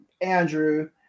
Andrew